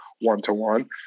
one-to-one